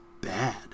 bad